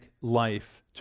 life